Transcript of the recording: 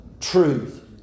Truth